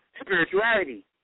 spirituality